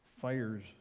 fires